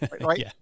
right